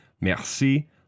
Merci